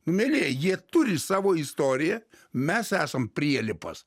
mielieji jie turi savo istoriją mes esam prielipas